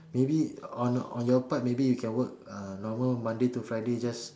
maybe on on your part maybe you can work uh normal on Monday to Friday just